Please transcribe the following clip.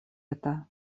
это